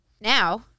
Now